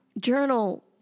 journal